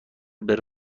بره